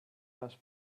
les